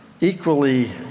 equally